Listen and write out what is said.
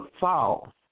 fall